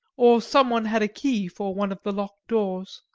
or some one had a key for one of the locked doors.